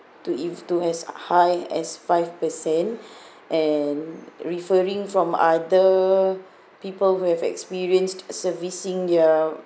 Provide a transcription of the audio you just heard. to if to as high as five per cent and referring from other people who have experienced servicing their